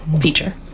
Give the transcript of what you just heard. feature